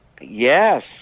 Yes